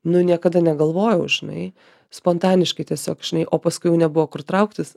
nu niekada negalvojau žinai spontaniškai tiesiog žinai o paskui jau nebuvo kur trauktis